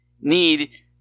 need